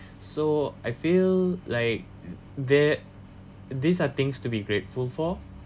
so I feel like there these are things to be grateful for